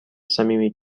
صمیمی